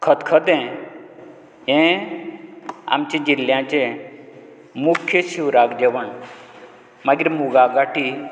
खतखतें हें आमचे जिल्ल्याचें मुख्य शिवराक जेवण मागीर मुगां गाठी